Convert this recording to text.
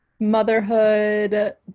motherhood